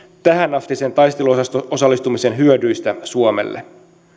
tähänastisen taisteluosasto osallistumisen hyödyistä suomelle